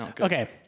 Okay